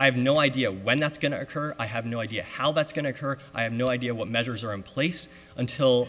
i have no idea when that's going to occur i have no idea how that's going to occur i have no idea what measures are in place until